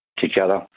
Together